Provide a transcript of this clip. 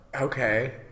Okay